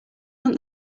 hunt